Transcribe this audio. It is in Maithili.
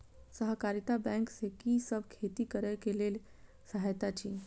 सहकारिता बैंक से कि सब खेती करे के लेल सहायता अछि?